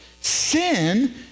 Sin